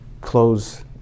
close